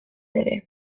ere